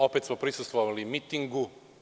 Opet smo prisustvovali mitingu.